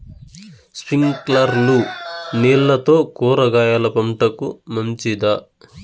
స్ప్రింక్లర్లు నీళ్లతో కూరగాయల పంటకు మంచిదా?